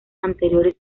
anteriores